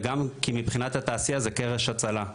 וגם כי מבחינת התעשייה זה קרש הצלה.